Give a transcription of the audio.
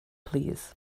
plîs